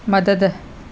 मदद